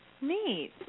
neat